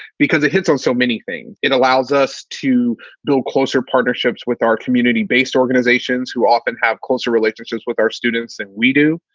because it hits on so many things. it allows us to build closer partnerships with our community based organizations who often have closer relationships with our students than and we do.